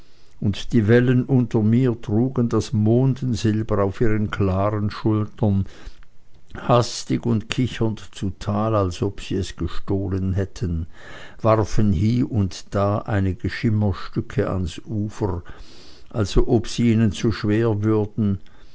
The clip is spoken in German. und die wellen unter mir trugen das mondensilber auf ihren klaren schultern hastig und kichernd zu tal als ob sie es gestohlen hätten warfen hier und da einige schimmerstücke ans ufer als ob sie ihnen zu schwer würden